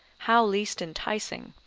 how least enticing,